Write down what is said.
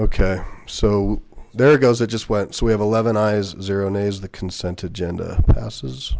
okay so there goes that just went so we have eleven eyes zero nays the consent agenda passes